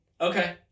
Okay